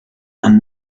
and